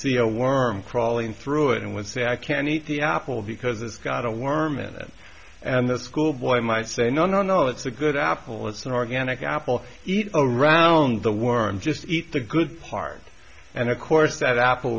see a worm crawling through it and would say i can eat the apple because it's got a worm in it and the schoolboy might say no no no it's a good apple it's an organic apple eat a round the worm just eat the good part and of course that apple